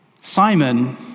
Simon